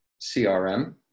CRM